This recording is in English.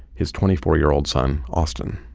his twenty four year old son austin